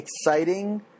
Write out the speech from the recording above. exciting